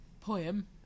Poem